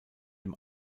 dem